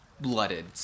blooded